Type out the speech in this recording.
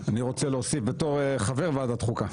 אני רוצה להוסיף, בתור חבר ועדת החוקה.